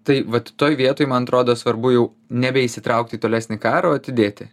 tai vat toj vietoj man atrodo svarbu jau nebeįsitraukt į tolesnį karą o atidėti